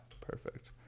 perfect